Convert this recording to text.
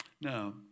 Now